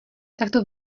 takto